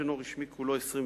במוכר שאינו רשמי כולו 26,